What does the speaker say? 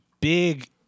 big